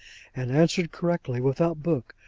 and answered correctly, without book,